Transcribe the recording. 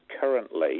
currently